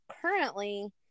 currently